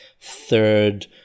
Third